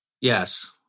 Yes